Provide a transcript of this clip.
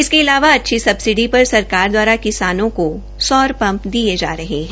इसके अलावा अच्छी सब्सिडी पर सरकार द्वारा किसानों को सौर पंप दिए जा रहे हैं